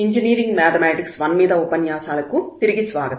engineering mathematics I మీద ఉపన్యాసాలకు తిరిగి స్వాగతం